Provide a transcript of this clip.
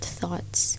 thoughts